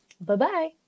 Bye-bye